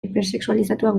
hipersexualizatuak